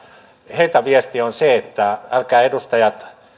heiltä viesti on se että älkää edustajat